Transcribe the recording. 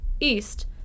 East